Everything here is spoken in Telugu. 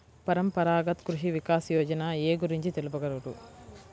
పరంపరాగత్ కృషి వికాస్ యోజన ఏ గురించి తెలుపగలరు?